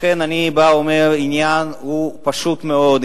לכן אני בא ואומר: העניין הוא פשוט מאוד,